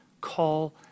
call